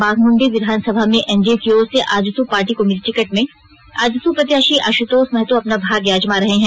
बाघमुंडी विधानसभा में एनडीए की ओर से आजसू पार्टी को मिली सीट में आजसू प्रत्याशी आश्तोष महतो अपना भाग्य आजमा रहे हैं